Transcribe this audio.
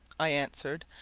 i answered,